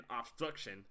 obstruction